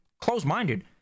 close-minded